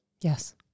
Yes